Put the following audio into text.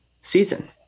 season